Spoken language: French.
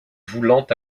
voulant